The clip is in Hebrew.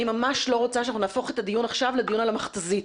אני ממש לא רוצה שאנחנו נהפוך את הדיון עכשיו לדיון על המכת"זית.